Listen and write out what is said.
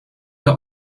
der